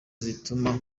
zituma